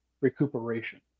recuperation